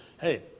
hey